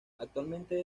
actualmente